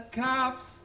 cops